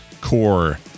Core